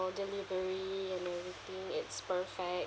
delivery and then think it's perfect